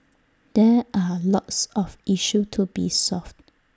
there are lots of issues to be solved